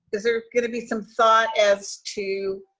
is there going to be some thought as to,